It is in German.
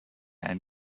ein